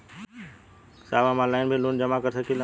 साहब हम ऑनलाइन भी लोन जमा कर सकीला?